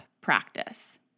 practice